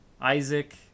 Isaac